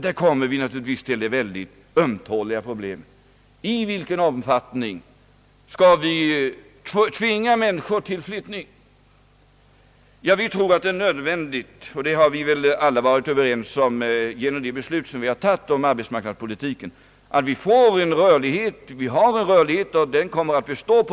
| Då kommer vi till det mycket ömtåliga problemet: I vilken omfattning skall vi tvinga människor att flytta? Jag tror att det är nödvändigt — och det har vi alla varit överens om genom de beslut som vi fattat om arbetsmarknadspolitiken — att rörligheten på arbetsmarknaden kommer att bestå.